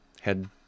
head